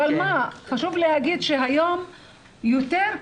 אבל חשוב להגיד שהיום יותר,